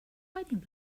hiding